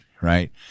right